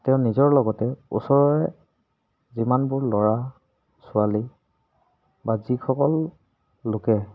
তেওঁ নিজৰ লগতে ওচৰৰে যিমানবোৰ ল'ৰা ছোৱালী বা যিসকল লোকে